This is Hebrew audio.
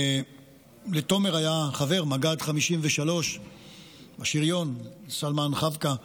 לתומר היה חבר, מג"ד 53 בשריון, סלמאן חבקה.